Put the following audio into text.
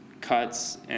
cuts